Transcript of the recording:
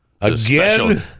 Again